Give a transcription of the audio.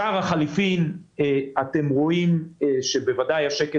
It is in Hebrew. שער החליפין אתם רואים שבוודאי השקל